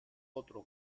otro